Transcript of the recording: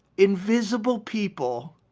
invisible people,